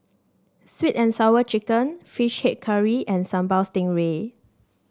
sweet and Sour Chicken fish head curry and Sambal Stingray